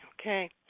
okay